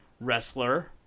wrestler